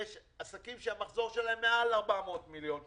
עסקים שהמחזור שלהם מעל 400 מיליון שקל,